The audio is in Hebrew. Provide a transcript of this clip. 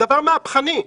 דבר מהפכני: